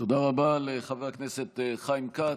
תודה רבה לחבר הכנסת חיים כץ.